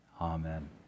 Amen